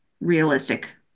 realistic